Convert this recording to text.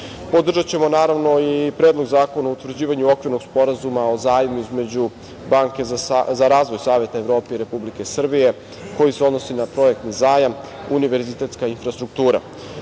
podržaćemo, naravno, i Predlog zakona o utvrđivanju Okvirnog sporazuma o zajmu između Banke za razvoj Saveta Evrope i Republike Srbije, koji se odnosi na projektni zajam – univerzitetska infrastruktura. Mi